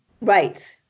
right